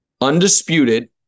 Undisputed